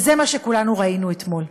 וזה מה שכולנו ראינו אתמול.